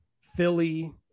Philly